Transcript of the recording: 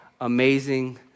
amazing